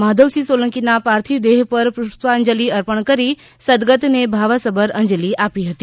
માધવસિંહ સોલંકીના પાર્થિવ દેહ પર પુષ્પાંજલિ અર્પણ કરી સદગતને ભાવસભર અંજલિ આપી હતી